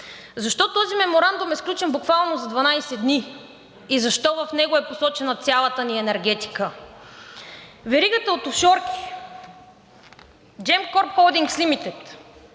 Защо този меморандум е сключен буквално за 12 дни? Защо в него е посочена цялата ни енергетика? Веригата от офшорки Gemcorp Holdings